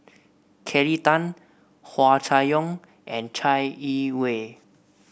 Kelly Tang Hua Chai Yong and Chai Yee Wei